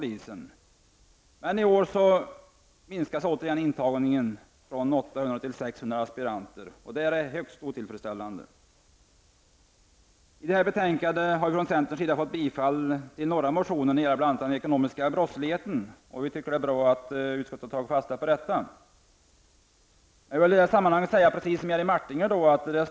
I år minskas dock återigen intagningen från 800 till 600 aspirantplatser, och detta är högst otillfredsställande. I det här betänkandet har vi från centerns sida fått stöd för några motioner när det gäller bl.a. den ekonomiska brottsligheten. Det är bra att utskottet tagit fasta på våra åsikter. Jag vill i detta sammanhang instämma i det som Jerry Martinger sade.